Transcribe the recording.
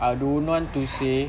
I don't want to say